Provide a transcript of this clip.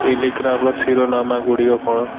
ଟେଲିଗ୍ରାଫର ଶିରୋନାମା ଗୁଡ଼ିକ କ'ଣ